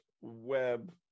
web